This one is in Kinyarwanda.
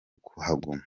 kuhaguma